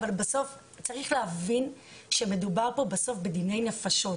אבל צריך להבין שמדובר פה בסוף בדיני נפשות.